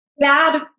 bad